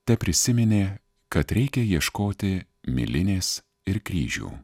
teprisiminė kad reikia ieškoti milinės ir kryžių